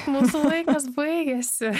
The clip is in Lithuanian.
mūsų laikas baigėsi